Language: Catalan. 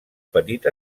petit